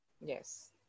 yes